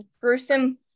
gruesome